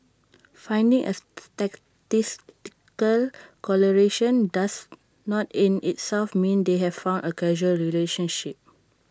finding A statistical correlation does not in itself mean they have found A causal relationship